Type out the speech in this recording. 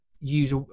use